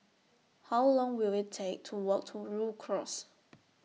How Long Will IT Take to Walk to Rhu Cross